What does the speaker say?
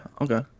okay